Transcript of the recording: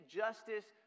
justice